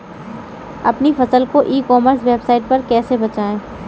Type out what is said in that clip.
अपनी फसल को ई कॉमर्स वेबसाइट पर कैसे बेचें?